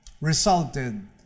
resulted